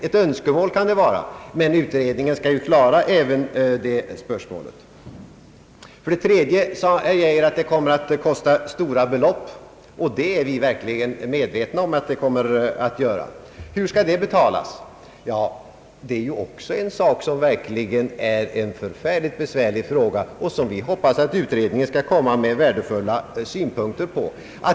Ett önskemål kan det vara, men utredningen skall ju klara även det spörsmålet. För det tredje sade herr Geijer att det kommer att kosta mycket pengar, och det är vi verkligen medvetna om. Hur skall det betalas? Ja, det är också en sak som är verkligt besvärlig och som vi hoppas att utredningen skall anlägga synpunkter på.